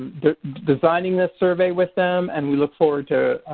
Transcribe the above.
designing this survey with them. and we look forward to